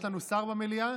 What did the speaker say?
יש לנו שר במליאה?